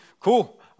Cool